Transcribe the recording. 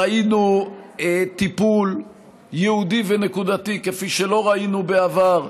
ראינו טיפול ייעודי ונקודתי, כפי שלא ראינו בעבר,